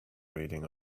reading